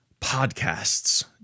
podcasts